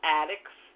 addicts